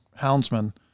houndsmen